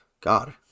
God